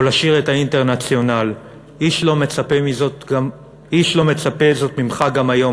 לשיר את ה"אינטרנציונל"; איש לא מצפה לזאת ממך גם היום,